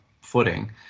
footing